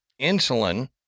insulin